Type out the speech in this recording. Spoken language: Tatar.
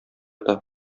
ята